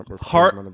heart